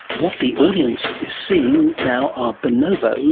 what the audience is seeing now are bonobos,